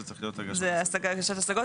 זה צריך להיות -- זה הגשת השגות,